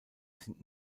sind